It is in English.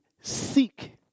seek